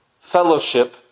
fellowship